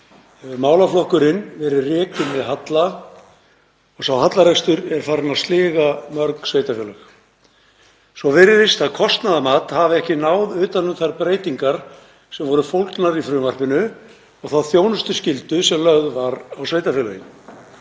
málaflokkurinn verið rekinn með halla og sá hallarekstur er farinn að sliga mörg sveitarfélög. Svo virðist sem kostnaðarmat hafi ekki náð utan um þær breytingar sem voru fólgnar í frumvarpinu og þá þjónustuskyldu sem lögð var á sveitarfélögin.